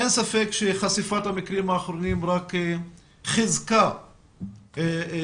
אין ספק שחשיפת המקרים האחרונים חיזקה בתודעה